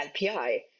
LPI